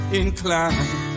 inclined